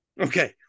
Okay